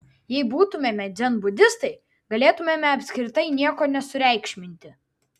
jeigu būtumėme dzenbudistai galėtumėme apskritai nieko nesureikšminti